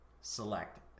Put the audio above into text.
select